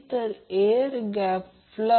तर v म्हणजे आधी हे काढा